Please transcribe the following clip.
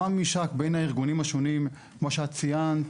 גם הממשק בין הארגונים השונים כמו שאת ציינת,